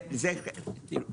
זה כן.